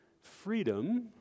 freedom